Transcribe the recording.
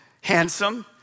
handsome